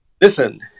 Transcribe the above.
Listen